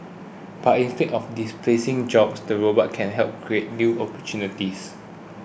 but instead of displacing jobs the robots can help create new opportunities